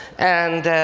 and